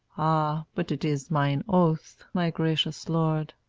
ah, but it is mine oath, my gracious lord,